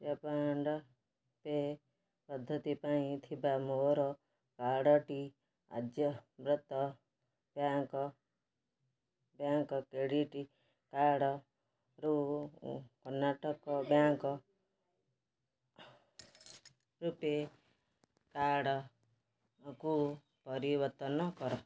tap and pay ପଦ୍ଧତି ପାଇଁ ଥିବା ମୋର କାର୍ଡ଼ଟି ଆର୍ଯ୍ୟବ୍ରତ ବ୍ୟାଙ୍କ୍ ବ୍ୟାଙ୍କ୍ କ୍ରେଡିଟ୍ କାର୍ଡ଼୍ରୁ କର୍ଣ୍ଣାଟକ ବ୍ୟାଙ୍କ୍ ରୂପେ କାର୍ଡ଼୍କୁ ପରିବର୍ତ୍ତନ କର